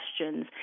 questions